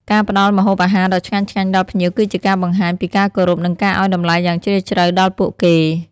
ការផ្តល់ម្ហូបអាហារដ៏ឆ្ងាញ់ៗដល់ភ្ញៀវគឺជាការបង្ហាញពីការគោរពនិងការឲ្យតម្លៃយ៉ាងជ្រាលជ្រៅដល់ពួកគេ។